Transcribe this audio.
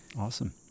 Awesome